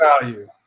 value